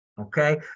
Okay